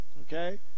Okay